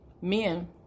men